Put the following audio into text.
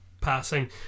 passing